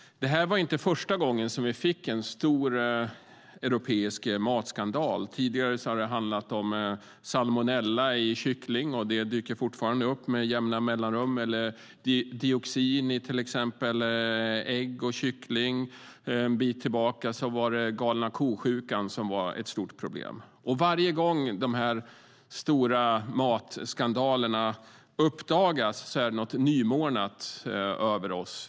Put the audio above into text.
Det var inte första gången som vi fick en stor europeisk matskandal. Tidigare har det handlat om salmonella i kyckling, och det dyker fortfarande upp med jämna mellanrum. Det har också gällt dioxin i till exempel ägg och kyckling. En tid tillbaka var galna ko-sjukan ett stort problem. Varje gång de här stora matskandalerna uppdagas är det något nymornat över oss.